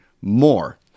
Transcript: more